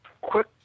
quick